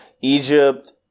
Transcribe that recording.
Egypt